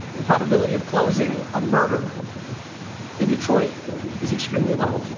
the probability of closing a murder in detroit is extremely low,